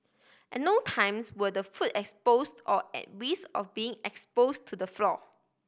at no times were the food exposed or at risk of being exposed to the floor